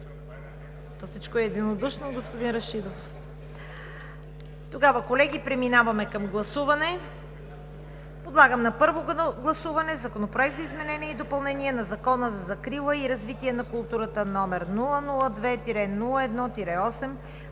Всичко е единодушно, господин Рашидов. Тогава, колеги, преминаваме към гласуване. Подлагам на първо гласуване Законопроект за изменение и допълнение на Закона за закрила и развитие на културата, № 002 01 8,